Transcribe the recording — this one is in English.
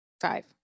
Five